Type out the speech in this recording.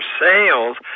sales